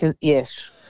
yes